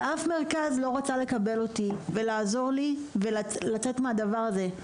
ואף מרכז לא רצה לקבל אותי ולעזור לי לצאת מהדבר הזה.